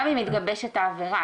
גם אם מתגבשת העבירה,